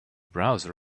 browser